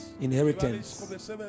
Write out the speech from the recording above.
inheritance